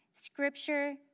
Scripture